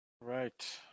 Right